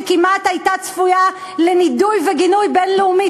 שכמעט הייתה צפויה לנידוי וגינוי בין-לאומי.